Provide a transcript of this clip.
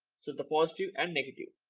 the positive and negative.